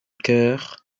cœur